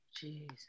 Jesus